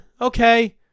okay